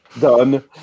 done